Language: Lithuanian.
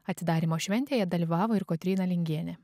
atidarymo šventėje dalyvavo ir kotryna lingienė